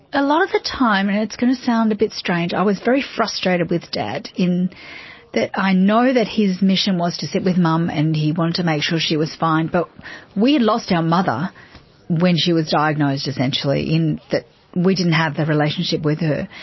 a lot of the time, and it's going to sound a bit strange, i was very frustrated with dad in that i know that his mission was to sit with mum and he wanted to make sure she was fine, but we had lost our mother when she was diagnosed essentially, in that we didn't have the relationship with her,